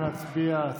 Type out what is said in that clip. נא להצביע.